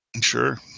Sure